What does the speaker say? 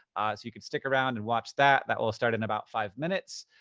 so you can stick around and watch that. that will start in about five minutes.